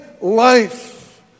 life